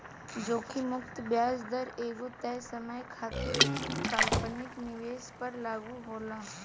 जोखिम मुक्त ब्याज दर एगो तय समय खातिर काल्पनिक निवेश पर लागू होला